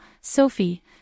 Sophie